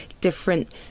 different